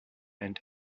and